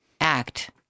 act